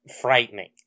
frightening